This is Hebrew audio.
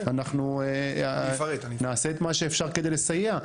אנחנו נעשה את מה שאפשר כדי לסייע.